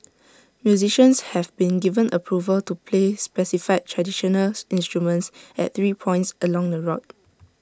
musicians have been given approval to play specified traditional instruments at three points along the route